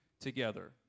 together